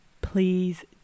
Please